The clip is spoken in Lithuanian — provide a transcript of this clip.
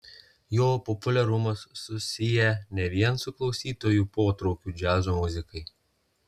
jo populiarumas susijęs ne vien su klausytojų potraukiu džiazo muzikai